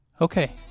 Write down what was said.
okay